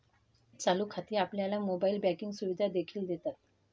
चालू खाती आपल्याला मोबाइल बँकिंग सुविधा देखील देतात